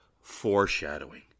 foreshadowing